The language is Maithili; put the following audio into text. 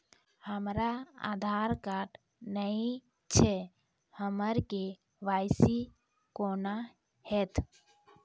हमरा आधार कार्ड नई छै हमर के.वाई.सी कोना हैत?